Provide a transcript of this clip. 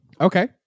Okay